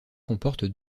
comporte